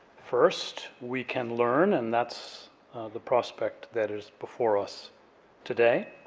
first, we can learn, and that's the prospect that is before us today.